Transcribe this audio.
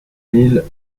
mille